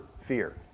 fear